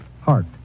Heart